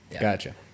Gotcha